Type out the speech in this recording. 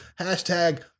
Hashtag